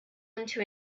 into